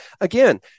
again